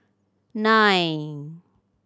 nine